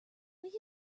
will